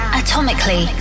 atomically